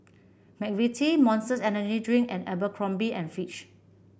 McVitie Monster Energy Drink and Abercrombie and Fitch